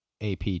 AP